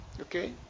Okay